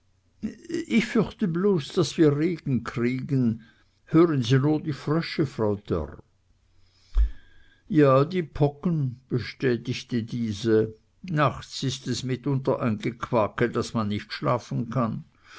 ich fürchte bloß daß wir regen kriegen hören sie nur die frösche frau dörr ja die poggen bestätigte diese nachts ist es mitunter ein gequake daß man nicht schlafen kann